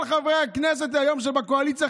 כל חברי הכנסת שהיום בקואליציה,